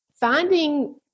finding